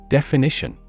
Definition